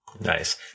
Nice